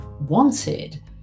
wanted